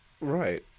right